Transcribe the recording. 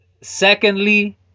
Secondly